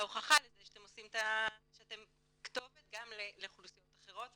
ההוכחה לזה שאתם כתובת גם לאוכלוסיות אחרות,